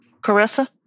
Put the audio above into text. Carissa